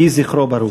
יהי זכרו ברוך.